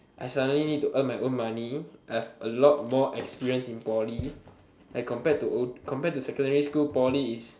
I suddenly need to earn my own money I have a lot of more experience in poly like like compared to secondary school poly is